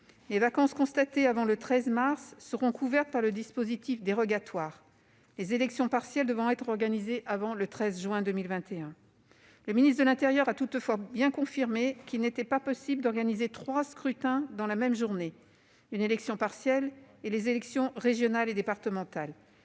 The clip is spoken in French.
les vacances constatées avant le 13 mars seront couvertes par le dispositif dérogatoire, les élections partielles devant être organisées avant le 13 juin 2021. Le ministre de l'intérieur a toutefois confirmé qu'il n'était pas possible d'organiser trois scrutins- une élection partielle ainsi que les élections régionales et départementales